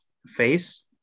face